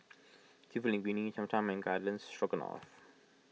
Seafood Linguine Cham Cham and Garden Stroganoff